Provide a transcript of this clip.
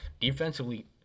defensively